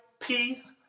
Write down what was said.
Peace